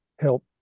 help